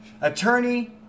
Attorney